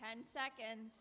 ten seconds